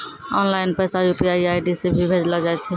online पैसा UPI ID से भी भेजलो जाय छै